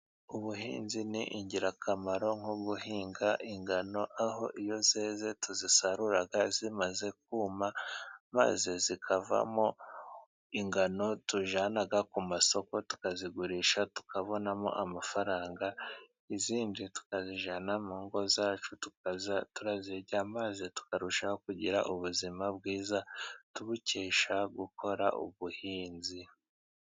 Ubuhinzi ni ingirakamaro ,nko guhinga ingano aho iyo zeze tuzisarura zimaze kuma ,maze zikavamo ingano tujyana ku masoko ,tukazigurisha tukabonamo amafaranga, izindi tukazijyana mu ngo zacu ,tukajya turazirya maze tukarushaho kugira ubuzima bwiza ,tubukesha gukora ubuhinzi.